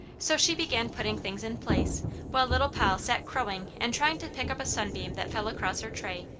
so she began putting things in place while little poll sat crowing and trying to pick up a sunbeam that fell across her tray.